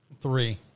Three